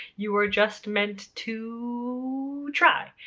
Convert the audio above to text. you are just meant to try!